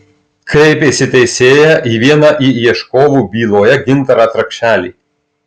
kreipėsi teisėją į vieną į ieškovų byloje gintarį trakšelį